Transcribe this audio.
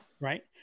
Right